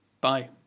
Bye